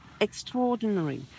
extraordinary